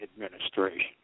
administration